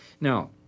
Now